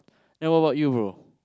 then what about you bro